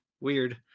weird